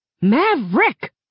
Maverick